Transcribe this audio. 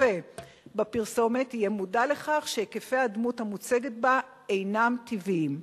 הצופה בפרסומת יהיה מודע לכך שהיקפי הדמות המוצגת בה אינם טבעיים.